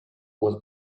was